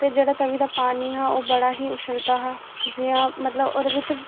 ते जेह्ड़ा तवी दा पानी हा ओह् बड़ा ई उछलदा हा जि'यां मतलब ओह्दे बिच